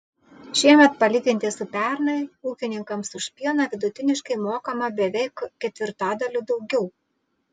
šiemet palyginti su pernai ūkininkams už pieną vidutiniškai mokama beveik ketvirtadaliu daugiau